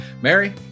Mary